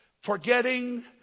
forgetting